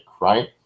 right